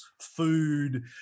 food